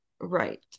right